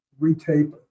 retape